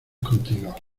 contigo